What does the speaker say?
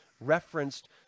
referenced